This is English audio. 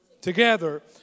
together